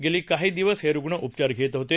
गेले काही दिवस हे रुग्ण उपचार घेत होते